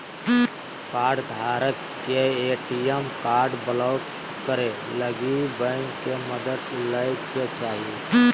कार्डधारक के ATM card block करे लगी बैंक के मदद लय के चाही